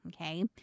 Okay